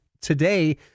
today